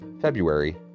February